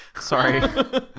Sorry